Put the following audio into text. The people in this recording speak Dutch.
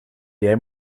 jij